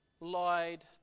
lied